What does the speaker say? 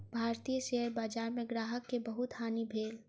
भारतीय शेयर बजार में ग्राहक के बहुत हानि भेल